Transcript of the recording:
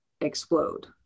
explode